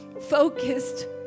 focused